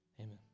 Amen